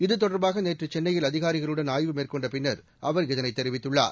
இது தொடர்பாகநேற்றுசென்னையில் அதிகாரிகளுடன் ஆய்வு மேற்கொண்டபின்னர் அவர் இதனைத் தெரிவித்துள்ளார்